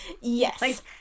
yes